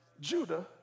Judah